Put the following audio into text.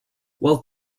while